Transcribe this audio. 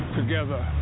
together